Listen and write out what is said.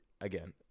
Again